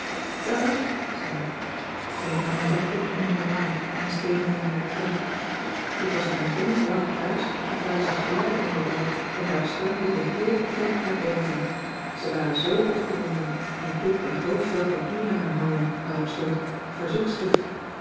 daàg zei ik en ik nam mijn dagboek onder mijn arm en stevende naar de tram ik was nog niet eens lang thuis of daar was een gelui aan de deur en daar stormde de heele club naar boven ze waren zoo opgewonden en kit had een groot vel papier in haar handen waarop stond